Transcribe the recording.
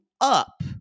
up